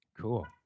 Cool